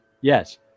yes